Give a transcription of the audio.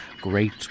great